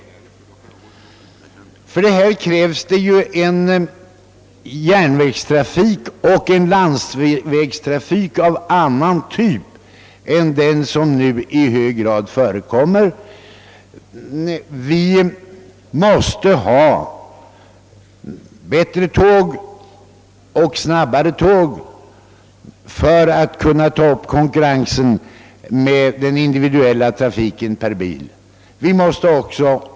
För detta krävs en järnvägstrafik och en landsvägstrafik av annan typ än den som nu i allmänhet förekommer. Vi måste ha bättre och snabbare tåg för att kunna ta upp konkurensen med den individuella pPersontransporten per bil.